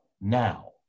now